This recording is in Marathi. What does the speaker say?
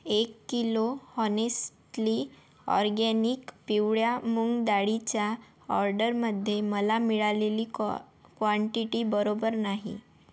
एक किलो हॉनेस्टली ऑरगॅनिक पिवळ्या मूग डाळीच्या ऑर्डरमध्ये मला मिळालेली क्वा क्वांटिटी बरोबर नाही